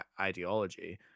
ideology